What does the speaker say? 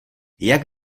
jak